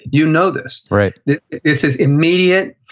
you know this right this is is immediate.